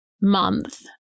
month